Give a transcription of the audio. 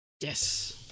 Yes